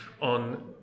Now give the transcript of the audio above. on